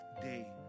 day